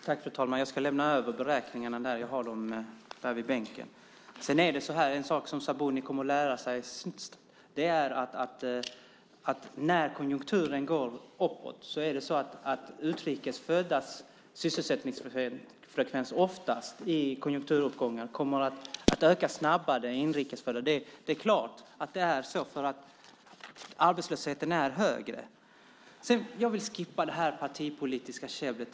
Fru talman! Jag ska lämna över beräkningarna. Jag har dem i bänken. En sak som Sabuni kommer att lära sig är att utrikes föddas sysselsättningsfrekvens oftast kommer att öka snabbare i konjunkturuppgångar än inrikes föddas. Det är klart att det är så därför att arbetslösheten är högre bland dem. Jag vill skippa det partipolitiska käbblet.